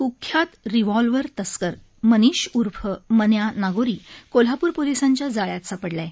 कुख्यात रिव्हॉल्वर तस्कर मनीष उर्फ मन्या नागोरी कोल्हापूर पोलिसांच्या जाळ्यात सापडला आहे